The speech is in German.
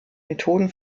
methoden